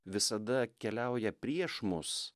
visada keliauja prieš mus